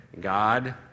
God